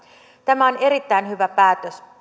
tämä on erittäin hyvä päätös